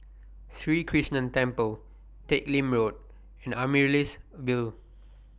Sri Krishnan Temple Teck Lim Road and Amaryllis Ville